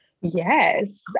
Yes